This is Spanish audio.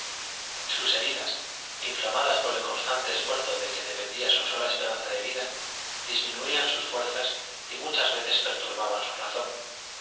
sus heridas inflamadas por el constante esfuerzo de que dependía su sola esperanza de vida disminuían sus fuerzas y muchas veces perturbaban su razón